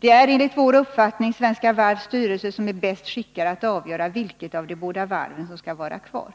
Det är, enligt vår uppfattning, Svenska Varvs styrelse som är bäst skickad att avgöra vilket av de båda varven som skall var kvar.